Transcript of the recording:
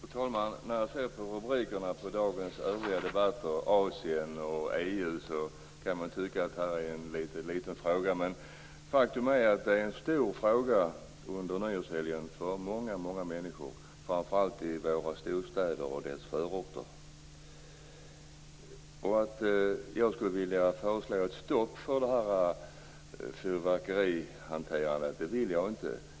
Fru talman! När man ser rubrikerna på de övriga debattämnena i dag avseende bl.a. EU kan man tycka att detta är en liten fråga, men faktum är att det är en stor fråga under nyårshelgen för många människor, framför allt i våra storstäder och deras förorter. Det är inte fråga om att jag skulle vilja föreslå stopp för fyrverkerihanteringen.